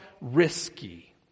risky